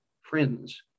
friends